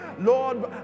Lord